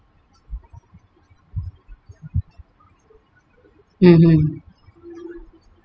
mmhmm